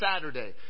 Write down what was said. Saturday